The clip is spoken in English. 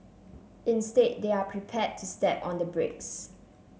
instead they're prepared to step on the brakes